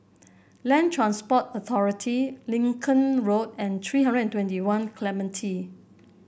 Land Transport Authority Lincoln Road and three hundred twenty One Clementi